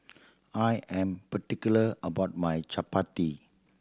I am particular about my Chapati